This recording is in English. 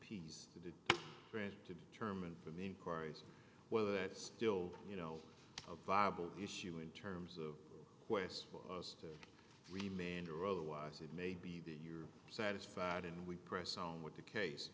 grant to determine from the inquiries whether that's still you know a viable issue in terms of quest for us to remain or otherwise it may be that you're satisfied and we press on with the case